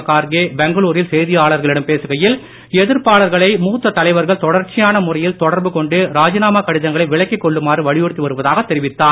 மல்லிகார்ஜு கார்கே பெங்களுரில் செய்தியாளர்களிடம் பேசுகையில் எதிர்ப்பாளர்களை மூத்த தலைவர்கள் தொடர்ச்சியான முறையில் தொடர்பு கொண்டு ராஜினாமா கடிதங்களை விலக்கிக் கொள்ளுமாறு வலியுறுத்தி வருவதாகத் தெரிவித்தார்